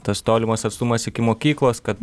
tas tolimas atstumas iki mokyklos kad